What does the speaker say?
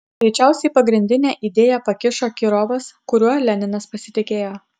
greičiausiai pagrindinę idėją pakišo kirovas kuriuo leninas pasitikėjo